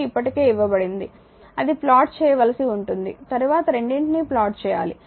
q ఇప్పటికే ఇవ్వబడింది అది ప్లాట్ చేయవలసి ఉంటుంది తరువాత రెండింటినీ ప్లాట్ చేయాలి